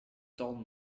told